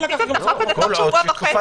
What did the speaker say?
עשיתם את החוק הזה תוך שבוע וחצי,